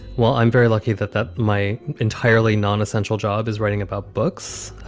well, i'm very lucky that that my entirely nonessential job is writing about books.